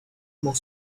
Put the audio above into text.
more